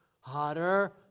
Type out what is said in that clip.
hotter